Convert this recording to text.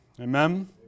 Amen